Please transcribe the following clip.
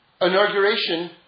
inauguration